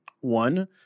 One